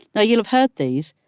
ah you'll have heard these,